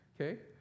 Okay